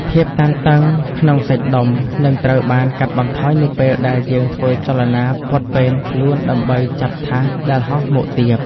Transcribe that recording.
ភាពតានតឹងក្នុងសាច់ដុំនឹងត្រូវបានកាត់បន្ថយនៅពេលដែលយើងធ្វើចលនាពត់ពេនខ្លួនដើម្បីចាប់ថាសដែលហោះមកទាប។